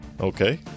Okay